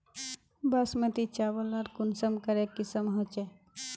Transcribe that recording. बासमती चावल लार कुंसम करे किसम होचए?